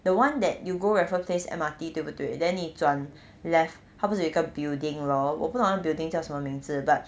the one that you go raffles place M_R_T 对不对 then 你转 left 他不是有一个 building lor 我不懂他 building 叫什么名字 but